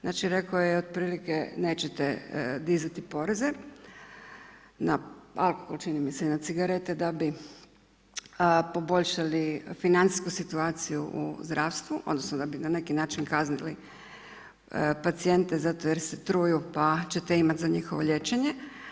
Znači, rekao je otprilike nećete dizati poreze, na, a čini mi se i na cigarete da bi poboljšali financijsku situaciju u zdravstvu odnosno da bi na neki način kaznili pacijente zato jer se truju, pa ćete imati za njihovo liječenje.